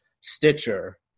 Stitcher